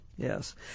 Yes